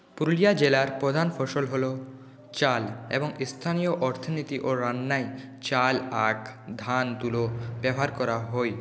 পুরুলিয়া জেলার প্রধান ফসল হল চাল এবং স্থানীয় অর্থনীতি ও রান্নায় চাল আঁখ ধান তুলো ব্যবহার করা হয়